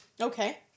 Okay